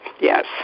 yes